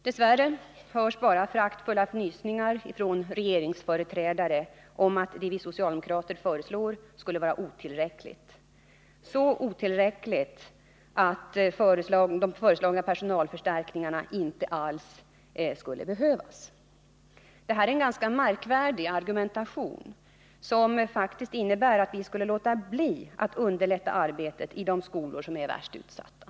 Dess värre hörs bara föraktfulla fnysningar från regeringsföreträdare om att det som socialdemokraterna föreslår skulle vara otillräckligt, så otillräckligt att de föreslagna personalförstärkningarna inte alls skulle behövas. Det är en märklig argumentation, som faktiskt innebär att vi skall låta bli att underlätta arbetet i de skolor som är värst utsatta.